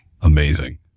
Amazing